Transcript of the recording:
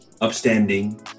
upstanding